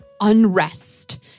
unrest